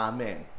Amen